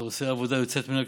אתה עושה עבודה יוצאת מן הכלל,